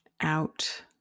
out